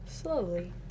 Slowly